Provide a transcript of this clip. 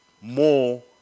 more